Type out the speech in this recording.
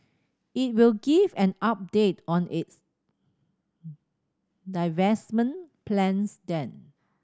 it will give an update on its divestment plans then